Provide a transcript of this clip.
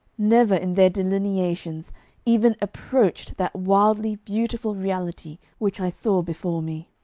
never in their delineations even approached that wildly beautiful reality which i saw before me.